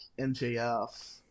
MJF